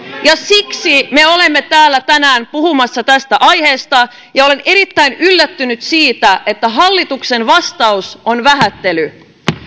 siksi me olemme täällä tänään puhumassa tästä aiheesta ja olen erittäin yllättynyt siitä että hallituksen vastaus on vähättely ongelmien vähättely ja